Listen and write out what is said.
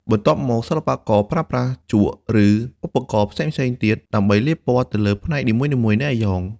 បន្ទាប់មក សិល្បករប្រើប្រាស់ជក់ឬឧបករណ៍ផ្សេងៗទៀតដើម្បីលាបពណ៌ទៅលើផ្នែកនីមួយៗនៃអាយ៉ង។